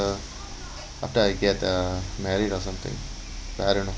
after I get uh married or something better